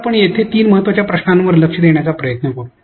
तर आपण येथे तीन महत्त्वाच्या प्रश्नांवर लक्ष देण्याचा प्रयत्न करू